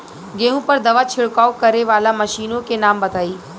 गेहूँ पर दवा छिड़काव करेवाला मशीनों के नाम बताई?